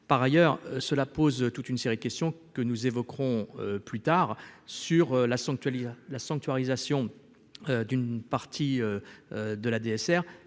par ailleurs, cela pose toute une série de questions que nous évoquerons plus tard sur la somptueux Lisa la sanctuarisation d'une partie de la DSR